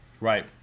Right